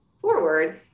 forward